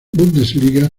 bundesliga